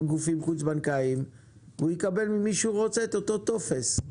גופים חוץ בנקאיים והוא יקבל ממי שרוצה אותו טופס.